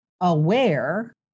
aware